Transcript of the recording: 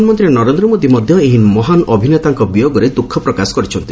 ପ୍ରଧାନମନ୍ତ୍ରୀ ନରେନ୍ଦ୍ର ମୋଦି ମଧ୍ୟ ଏହି ମହାନ୍ ଅଭିନେତାଙ୍କ ବିୟୋଗରେ ଦୁଃଖପ୍ରକାଶ କରିଛନ୍ତି